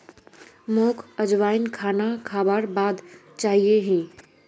मोक अजवाइन खाना खाबार बाद चाहिए ही